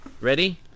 ready